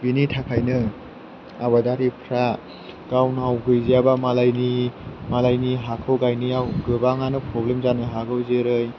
बिनि थाखायनो आबादारिफोरा गावनियाव गैजायाबा मालायनि हाखौ गायनायाव गोबाङानो प्रब्लेम जानो हागौ जेरै